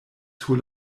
sur